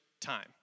time